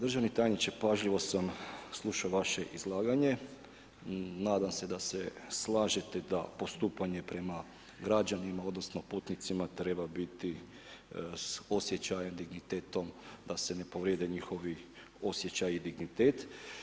Državni tajniče, pažljivo sam slušao vaše izlaganje, nadam se da se slažete, da postupanje prema građanima, odnosno, putnicima, treba biti osjećajem dignitetom da se ne povrijede njihovi osjećaji i dignitet.